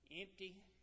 empty